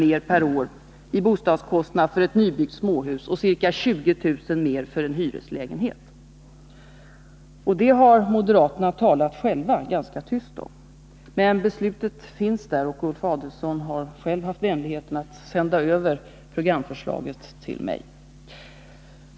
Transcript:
mer per år i bostadskostnad för ett nybyggt småhus och ca 20 000 mer för en hyreslägenhet. Det har moderaterna talat ganska tyst om. Men beslutet finns där, och Ulf Adelsohn har själv haft vänligheten att sända programförslaget till mig.